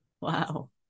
Wow